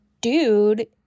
dude